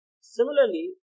Similarly